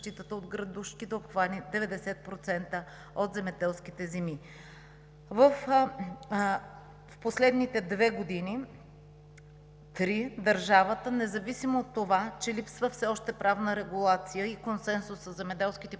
от градушки да обхване 90% от земеделските земи. В последните две-три години държавата – независимо от това, че липсва все още правна регулация и консенсус със земеделските